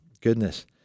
goodness